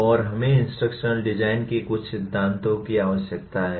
और हमें instructional design के कुछ सिद्धांतों की आवश्यकता है